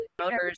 motors